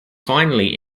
finally